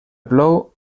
plou